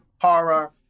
horror